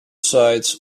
sides